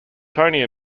tony